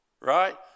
right